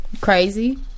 Crazy